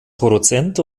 produzent